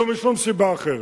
לא משום סיבה אחרת.